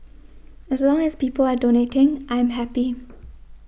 as long as people are donating I'm happy